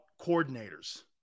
coordinators